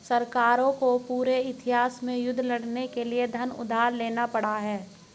सरकारों को पूरे इतिहास में युद्ध लड़ने के लिए धन उधार लेना पड़ा है